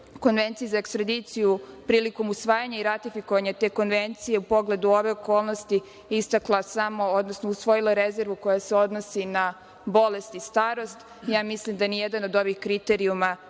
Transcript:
konvenciji za ekstradiciju, prilikom usvajanja i ratifikovanja te konvencije, u pogledu ove okolnosti istakla samo, odnosno usvojila rezervu koja se odnosi na bolest i starost. Mislim da nijedan od ovih kriterijumima